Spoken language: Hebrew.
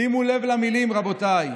שימו לב למילים, רבותיי: